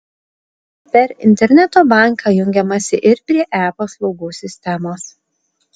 per interneto banką jungiamasi ir prie e paslaugų sistemos